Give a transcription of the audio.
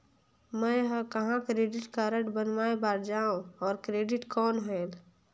मैं ह कहाँ क्रेडिट कारड बनवाय बार जाओ? और क्रेडिट कौन होएल??